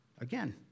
Again